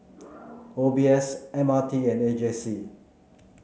O B S M R T and A J C